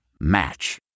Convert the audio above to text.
Match